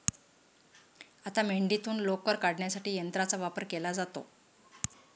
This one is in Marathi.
आता मेंढीतून लोकर काढण्यासाठी यंत्राचा वापर केला जातो